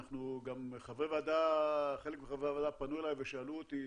גם חלק מחברי הוועדה פנו אליי ושאלו אותי,